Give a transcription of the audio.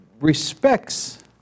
respects